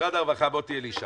משרד הרווחה, מוטי אלישע.